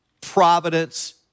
providence